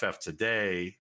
Today